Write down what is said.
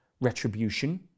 retribution